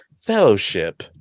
fellowship